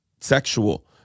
sexual